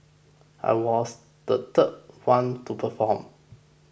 I was the third one to perform